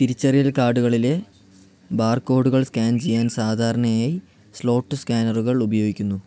തിരിച്ചറിയൽക്കാഡുകളിലേ ബാർക്കോഡുകൾ സ്കാൻ ചെയ്യാൻ സാധാരണയായി സ്ലോട്ട് സ്കാനറുകൾ ഉപയോഗിക്കുന്നു